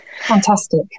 Fantastic